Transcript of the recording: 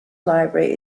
library